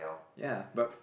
ya but